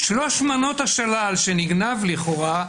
שלוש מנות השלל שנגנב לכאורה,